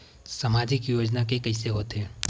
सामाजिक योजना के कइसे होथे?